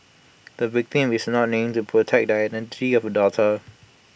the victim is not named to protect the identity of her daughter